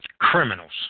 Criminals